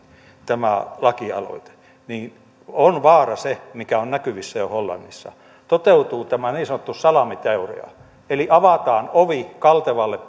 tämä lakialoite hyväksyttäisiin niin vaara on se mikä on näkyvissä jo hollannissa että toteutuu tämä niin sanottu salamiteoria eli avataan ovi kaltevalle